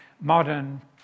modern